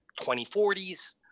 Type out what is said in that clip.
2040s